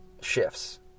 shifts